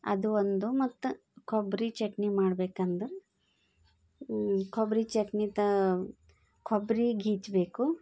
ಅದು ಒಂದು ಮತ್ತು ಕೊಬ್ರಿ ಚಟ್ನಿ ಮಾಡ್ಬೇಕೆಂದರೆ ಕೊಬ್ರಿ ಚಟ್ನಿದ ಕೊಬ್ರಿ ಗೀಜಬೇಕು